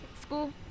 School